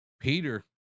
Peter